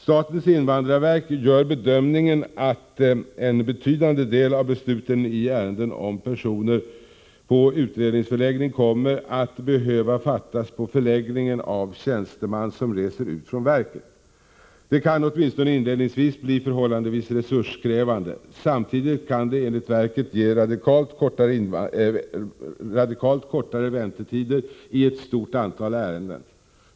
Statens invandrarverk gör bedömningen att en betydande del av besluten i ärenden om personer på utredningsförläggning kommer att behöva fattas på förläggningen av tjänsteman som reser ut från verket. Detta kan åtminstone inledningsvis bli relativt resurskrävande. Samtidigt kan det enligt verket ge radikalt kortare väntetider i ett stort antal ärenden.